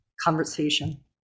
conversation